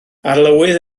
arlywydd